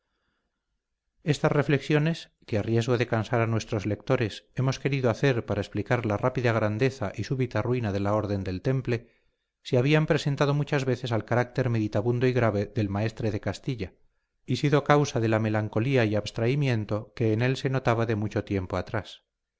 estas reflexiones que a riesgo de cansar a nuestros lectores hemos querido hacer para explicar la rápida grandeza y súbita ruina de la orden del temple se habían presentado muchas veces al carácter meditabundo y grave del maestre de castilla y sido causa de la melancolía y abstraimiento que en él se notaba de mucho tiempo atrás